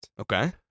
Okay